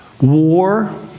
war